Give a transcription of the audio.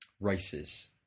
races